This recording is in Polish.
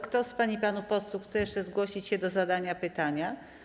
Kto z pań i panów posłów chce się jeszcze zgłosić do zadania pytania?